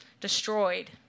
destroyed